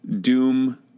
Doom